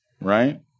Right